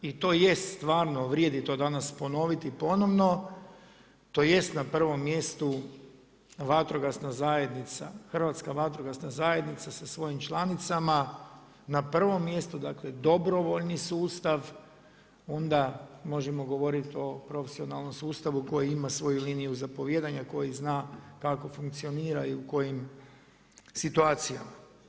I to jest stvarno, vrijedi to danas ponoviti ponovno, to jest na prvom mjestu, vatrogasna zajednica, Hrvatska vatrogasna zajednica sa svojim članicama na prvom mjestu, dakle dobrovoljni sustav, onda možemo govoriti o profesionalnom sustavu koji ima svoju liniju zapovijedanja, koji zna kako funkcionira i u kojim situacijama.